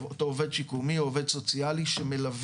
אותו עובד שיקומי או עובד סוציאלי שמלווה